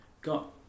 got